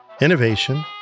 innovation